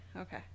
okay